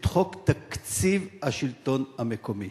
את חוק תקציב השלטון המקומי.